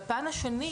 והפן השני,